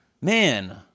man